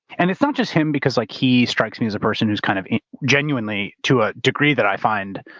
and it's not just him, because like he strikes me as a person who's kind of genuinely, to a degree, that i find